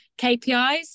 KPIs